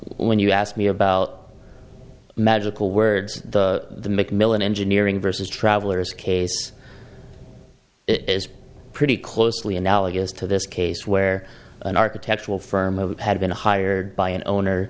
when you ask me about magical words the macmillan engineering vs travelers case is pretty closely analogous to this case where an architectural firm had been hired by an owner